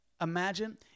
Imagine